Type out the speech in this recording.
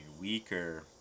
weaker